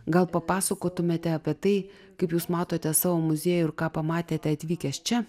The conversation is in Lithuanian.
gal papasakotumėte apie tai kaip jūs matote savo muziejų ir ką pamatėte atvykęs čia